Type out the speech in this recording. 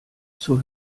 zur